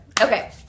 Okay